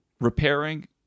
repairing